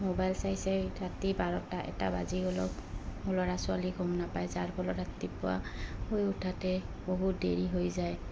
mobile চাইছে ৰাতি বাৰটা এটা বাজি গ'লেও ল'ৰা ছোৱালী গ'ম নাপায় যাৰ ফলত ৰাতিপুৱা হৈ উঠাতে বহুত দেৰি হৈ যায়